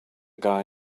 guy